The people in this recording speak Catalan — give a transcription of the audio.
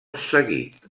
seguit